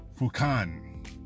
Fukan